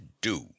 do